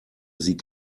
sie